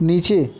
नीचे